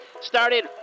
started